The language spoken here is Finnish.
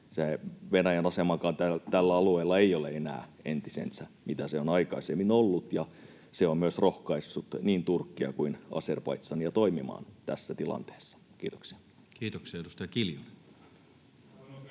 Venäjän asemakaan tällä alueella ei ole enää entisensä, mitä se on aikaisemmin ollut, ja se on myös rohkaissut niin Turkkia kuin Azerbaidžania toimimaan tässä tilanteessa. — Kiitoksia. [Speech